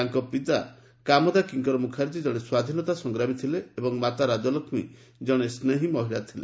ତାଙ୍କ ପିତା କାମଦା କିଙ୍କର ମୁଖାର୍ଜୀ ଜଣେ ସ୍ୱାଧୀନତା ସଂଗ୍ରାମୀ ଏବଂ ମାତା ରାଜଲକ୍ଷ୍ମୀ ଜଣେ ସ୍ନେହ ମହିଳା ଥିଲେ